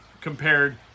compared